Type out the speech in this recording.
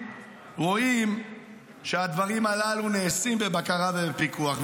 רואים שהדברים הללו נעשים בבקרה ובפיקוח.